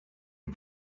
him